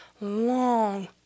long